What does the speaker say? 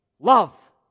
love